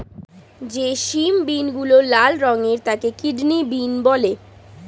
যে সিম বিনগুলো লাল রঙের তাকে কিডনি বিন বলে